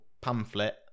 pamphlet